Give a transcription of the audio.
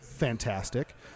fantastic